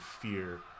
fear